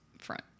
front